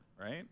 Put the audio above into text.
right